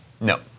No